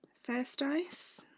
first ice